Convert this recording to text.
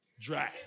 dry